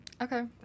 Okay